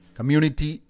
Community